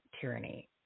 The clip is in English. tyranny